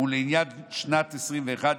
ולעניין שנת 2021,